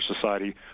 Society